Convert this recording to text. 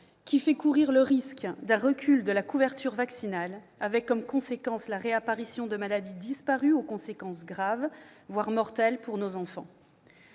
qui fait courir le risque d'un recul de la couverture vaccinale, avec comme conséquence la réapparition de maladies disparues aux conséquences graves, voire mortelles, pour nos enfants.